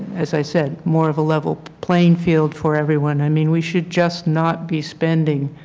as i said more of a level playing field for everyone. i mean we should just not be spending